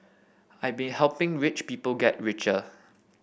I been helping rich people get richer